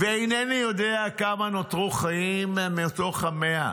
ואינני יודע כמה נותרו חיים מתוך ה-100.